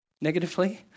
negatively